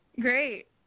Great